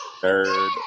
third